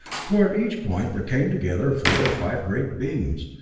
for at each point there came together four or five great beams,